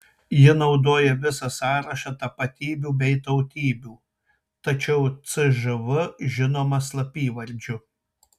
ji naudoja visą sąrašą tapatybių bei tautybių tačiau cžv žinoma slapyvardžiu